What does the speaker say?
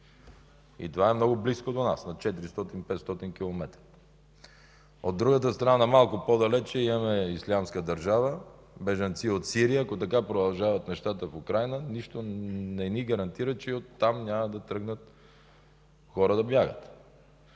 Това е много близко до нас, на 400 – 500 км. От другата страна, малко по-далеч, имаме „Ислямска държава“, бежанци от Сирия. Ако така продължават нещата в Украйна, нищо не ни гарантира, че и оттам няма да тръгнат хора да бягат.